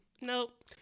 Nope